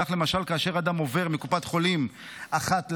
,כך למשל, כאשר אדם עובר מקופת חולים אחת לאחרת,